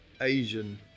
Asian